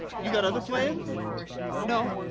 you got other plans? ah no.